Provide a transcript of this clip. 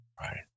Right